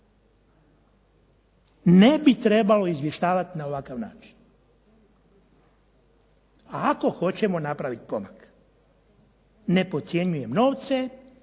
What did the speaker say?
ne bi trebao izvještavati na ovakav način. A ako hoćemo napraviti pomak. Ne podcjenjujem novce,